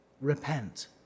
Repent